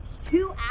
Two